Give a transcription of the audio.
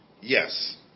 yes